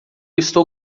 estou